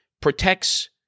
protects